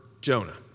Jonah